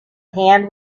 hand